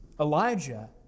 Elijah